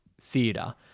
theatre